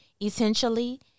essentially